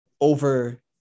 over